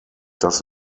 does